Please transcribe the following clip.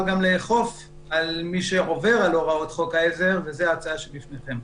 גם לאכוף על מי שעובר על הוראות חוק העזר וזאת ההצעה שבפניכם.